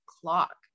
clock